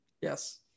Yes